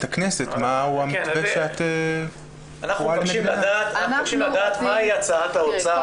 הכנסת --- אנחנו מבקשים לדעת מה היא הצעת האוצר בנושא.